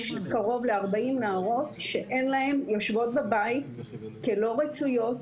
יש קרוב ל-40 נערות שיושבות בבית כלא רצויות,